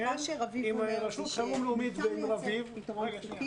עם רשות החירום הלאומית ועם רביב מלאכי.